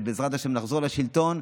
כשבעזרת השם נחזור לשלטון,